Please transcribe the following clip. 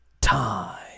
Time